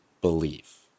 belief